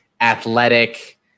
athletic